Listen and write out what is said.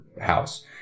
house